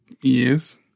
Yes